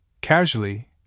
Casually